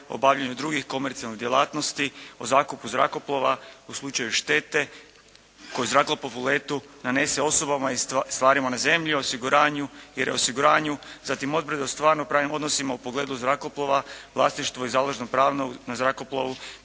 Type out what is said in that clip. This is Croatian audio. obavljanju drugih komercijalnih djelatnosti, u zakupu zrakoplova, u slučaju štete koju zrakoplov u letu nanese osobama i stvarima na zemlji, osiguranju i reosiguranju. Zatim, odredbe o stvarno pravnim odnosima u pogledu zrakoplova, vlasništvo i založnog prava na zrakoplovu